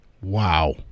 Wow